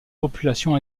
populations